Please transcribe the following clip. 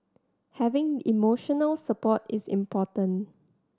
having emotional support is important